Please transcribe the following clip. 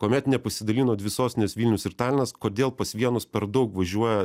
kuomet nepasidalino dvi sostinės vilnius ir talinas kodėl pas vienus per daug važiuoja